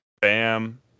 Bam